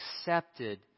accepted